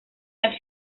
las